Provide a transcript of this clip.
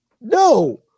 no